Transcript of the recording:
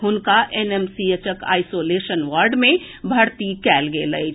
हुनका एनएमसीएचक isolation ward मे भर्ती कयल गेल अछि